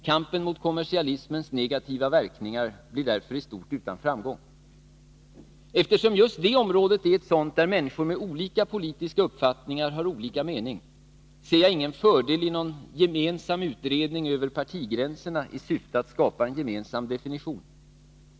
Kampen mot kommersialismens negativa verkningar blir därför i stort utan framgång. Eftersom just detta område är ett sådant där människor med olika politiska uppfattningar har olika mening, ser jag ingen fördel i någon gemensam utredning över partigränserna i syfte att skapa en gemensam definition.